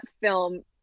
film